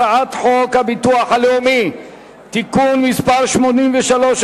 הצעת חוק הביטוח הלאומי (תיקון מס' 83,